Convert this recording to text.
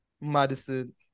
Madison